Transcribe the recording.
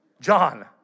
John